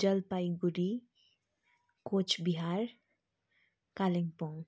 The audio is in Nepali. जलपाइगुडी कोचबिहार कालिम्पोङ